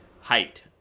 Height